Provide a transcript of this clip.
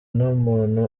n’umuntu